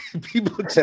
People